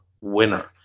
winner